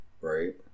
right